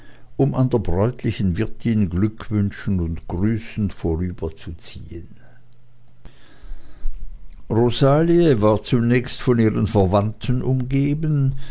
um an der bräutlichen wirtin glückwünschend und grüßend vorüberzuziehen rosalie war zunächst von ihren verwandten umgeben